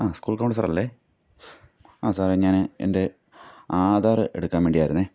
ആ സ്കൂൾ കൗൺസ്ലറല്ലെ ആ സാറെ ഞാൻ എന്റെ ആധാർ എടുക്കാൻ വേണ്ടി ആയിരുന്നെ